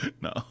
No